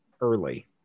early